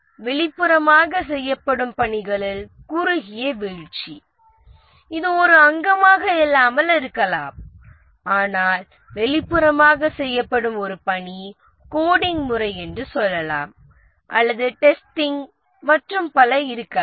வெளிப்புறமாக செய்யப்படும் பணிகளில் குறுகிய வீழ்ச்சி இது ஒரு அங்கமாக இல்லாமல் இருக்கலாம் ஆனால் வெளிப்புறமாக செய்யப்படும் ஒரு பணி கோடிங் முறை என்று சொல்லலாம் அல்லது டெஸ்டிங் மற்றும் பல இருக்கலாம்